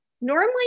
normally